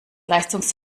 leistungs